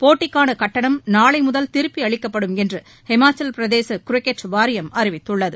போட்டிக்கானகட்டணம் நாளைமுதல் திருப்பிஅளிக்கப்படும் என்றுஹிமாச்சவப்பிரதேசகிரிக்கெட் வாரியம் அறிவித்துள்ளது